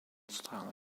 style